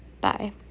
Bye